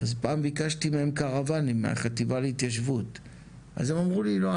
פעם ביקשתי מהם קרוואנים מהחטיבה להתיישבות אז הם אמרו לי לא,